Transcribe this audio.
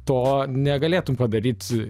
to negalėtum padaryt